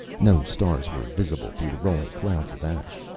no stars were visible through the rolling clouds of ash.